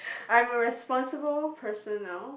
I'm a responsible person now